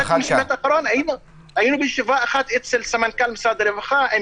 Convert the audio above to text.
היינו בישיבה אחת אצל סמנכ"ל משרד הרווחה עם